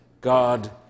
God